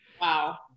Wow